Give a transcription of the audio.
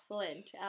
Flint